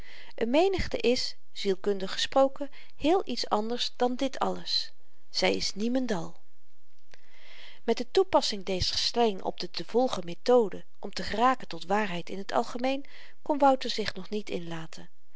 een menigte is zielkundig gesproken heel iets anders dan dit alles zy is niemendal met de toepassing dezer stelling op de te volgen methode om te geraken tot waarheid in het algemeen kon wouter zich nog niet inlaten